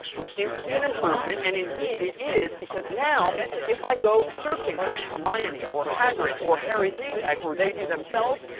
which seems to be an improvement. and indeed, it is, because now if i go searching for hermione or hagrid or harry's name tag, or they do themselves,